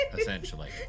Essentially